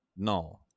no